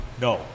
No